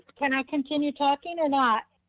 can i continue talking or not?